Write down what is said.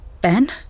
Ben